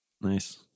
Nice